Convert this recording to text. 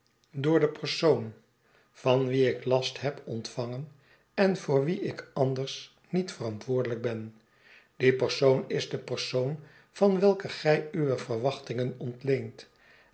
door den persoon van wien ik last heb ontvangen en voor wien ik anders niet verantwoordelijk ben die persoon is de persoon van welken gij uwe verwachtingen ontieent